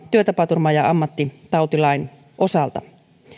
työtapaturma ja ja ammattitautilain osalta